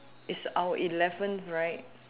it's our eleventh right